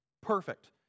perfect